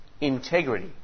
integrity